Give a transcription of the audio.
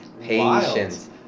patience